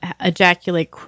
ejaculate